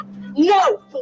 No